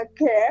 okay